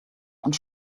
und